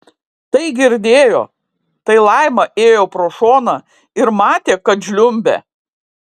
tai girdėjo tai laima ėjo pro šoną ir matė kad žliumbė